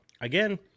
Again